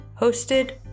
hosted